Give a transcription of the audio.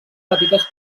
petites